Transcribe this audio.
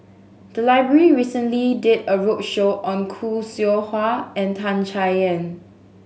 the library recently did a roadshow on Khoo Seow Hwa and Tan Chay Yan